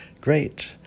great